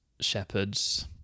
shepherds